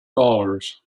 dollars